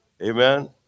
amen